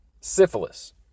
syphilis